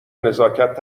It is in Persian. نزاکت